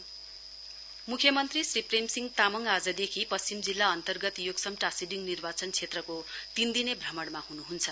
CM मुख्यमन्त्री श्री प्रेम सिंह तामाङ आजदेखि पश्चिम जिल्ला अन्तर्गत योक्सम टाशीडिङ निर्वाचन क्षेत्रको तीन दिने भ्रमणमा हुनुहुन्छ